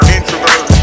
Introvert